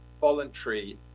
voluntary